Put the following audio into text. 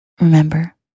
Remember